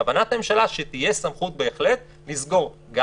כוונת הממשלה בהחלט שתהיה סמכות לסגור גם